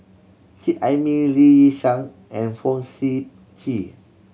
Seet Ai Mee Lee Yi Shyan and Fong Sip Chee